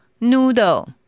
Noodle